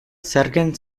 zergen